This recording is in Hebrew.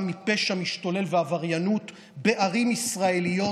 מפשע משתולל ועבריינות בערים ישראליות,